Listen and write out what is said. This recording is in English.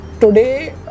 today